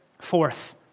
Fourth